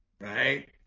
Right